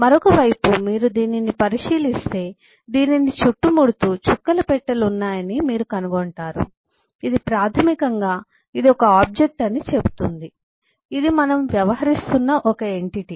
మరొక వైపు మీరు దీనిని పరిశీలిస్తే దీనిని చుట్టుముడుతూ చుక్కల పెట్టెలు ఉన్నాయని మీరు కనుగొంటారు ఇది ప్రాథమికంగా ఇది ఒక ఆబ్జెక్ట్ అని చెబుతుంది ఇది మనము వ్యవహరిస్తున్న ఒక ఎంటిటీ